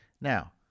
Now